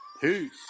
peace